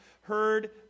heard